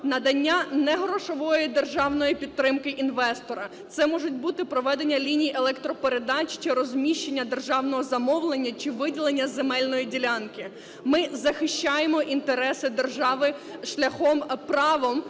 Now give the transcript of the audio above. надання негрошової державної підтримки інвестора. Це можуть бути проведення ліній електропередач чи розміщення державного замовлення, чи виділення земельної ділянки. Ми захищаємо інтереси держави шляхом, правом